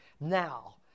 Now